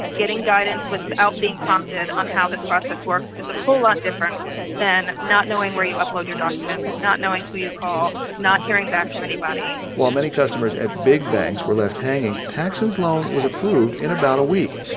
getting guidance without being prompted on how this process works is a whole lot different than not knowing where you upload your documents, not knowing who you call, not hearing back from anybody while many customers at big banks were left hanging, taxson's loan was approved in about a week.